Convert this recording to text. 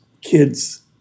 kids